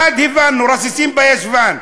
דבר אחד הבנו: רסיסים בישבן,